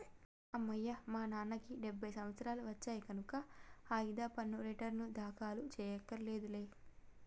అమ్మయ్యా మా నాన్నకి డెబ్భై సంవత్సరాలు వచ్చాయి కనక ఆదాయ పన్ను రేటర్నులు దాఖలు చెయ్యక్కర్లేదులే